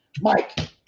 Mike